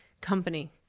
company